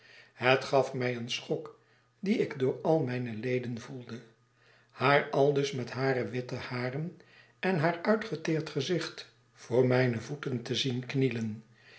het gaf mij een schok dien ik door al mijne leden voelde haar aldus met hare witte haren en haar uitgeteerd gezicht voor mijne voeten te zien knielen